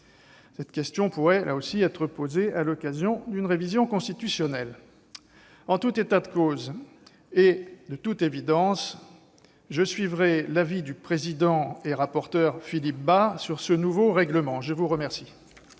Cette question pourrait être posée à l'occasion d'une révision constitutionnelle. En tout état de cause et de toute évidence, je suivrai l'avis du président et rapporteur Philippe Bas sur ce nouveau règlement. La parole